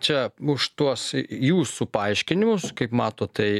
čia už tuos jūsų paaiškinimus kaip matot tai